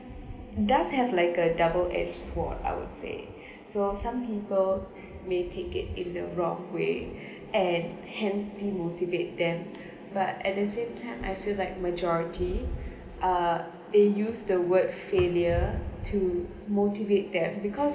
does have like a double edged sword I would say so some people may take it in the wrong way and hence demotivate them but at the same time I feel like majority uh they use the word failure to motivate them because